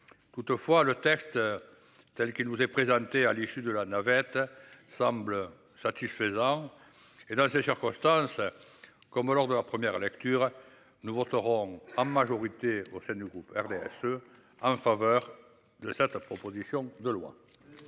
Toutefois le texte. Tel qu'il vous est présenté à l'issue de la navette semble. Satisfaisant et non c'est sûr Constance. Comme lors de leur première lecture nous voterons en majorité au sein du groupe RDSE en faveur de cette proposition de loi.